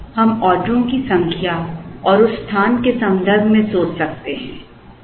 अब हम ऑर्डरों की संख्या और स्थान के संदर्भ में सोच सकते हैं